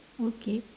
okay